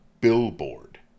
billboard